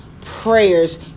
prayers